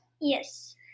Yes